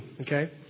Okay